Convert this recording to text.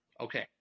Okay